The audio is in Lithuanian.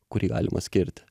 kurį galima skirti